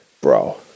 bro